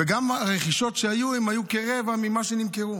וגם הרכישות שהיו, הן היו כרבע ממה שנמכר.